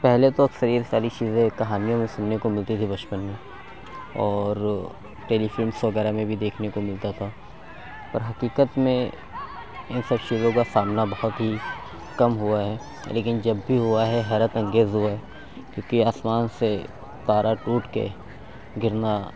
پہلے تو اکثر یہ ساری چیزیں کہانیوں میں سُننے کو ملتی تھیں بچپن میں اور ٹیلی فلمس وغیرہ میں بھی دیکھنے کو ملتا تھا پر حقیقت میں اِن سب چیزوں کا سامنا بہت ہی کم ہُوا ہے لیکن جب بھی ہُوا حیرت انگیز ہُوا ہے کیوں کہ آسمان سے تارہ ٹوٹ کے گرنا